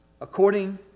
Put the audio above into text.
according